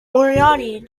moriarty